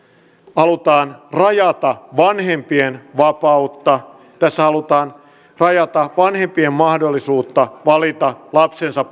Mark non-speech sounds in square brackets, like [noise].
halutaan rajata vanhempien vapautta tässä halutaan rajata vanhempien mahdollisuutta valita lapsensa [unintelligible]